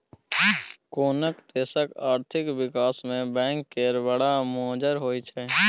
कोनो देशक आर्थिक बिकास मे बैंक केर बड़ मोजर होइ छै